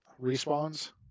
respawns